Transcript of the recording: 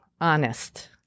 honest